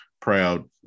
proud